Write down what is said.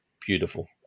beautiful